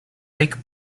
lake